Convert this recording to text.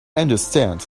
understand